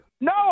No